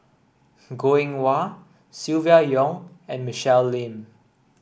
Goh Eng Wah Silvia Yong and Michelle Lim